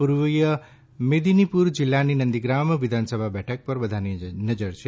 પુર્વીય મેદીનીપુર જીલ્લાની નંદીગ્રામ વિધાનસભા બેઠક પર બધાની નજર છે